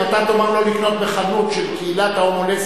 אם אתה תאמר לא לקנות מחנות של קהילת ההומו-לסביות,